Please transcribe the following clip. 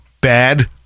bad